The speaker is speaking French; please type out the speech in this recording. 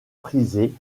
prisée